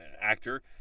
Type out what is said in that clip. actor